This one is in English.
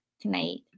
tonight